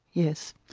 yes.